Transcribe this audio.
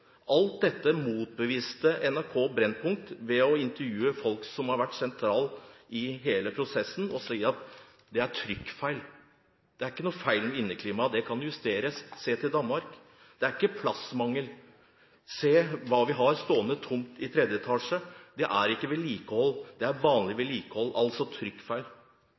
Alt dette motbeviste NRK Brennpunkt ved å intervjue folk som har vært sentrale i hele prosessen, og som sier at det er trykkfeil. Det er ikke noe feil med inneklimaet – det kan justeres. Se til Danmark. Det er ikke plassmangel. Se hva vi har stående tomt i tredje etasje. Det handler ikke om vedlikehold, det er vanlig vedlikehold – altså